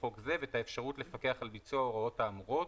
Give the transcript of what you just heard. חוק זה ואת האפשרות לפקח על ביצוע ההוראות האמורות,